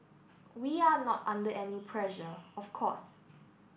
we are not under any pressure of course